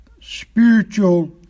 spiritual